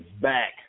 back